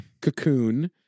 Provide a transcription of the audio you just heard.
Cocoon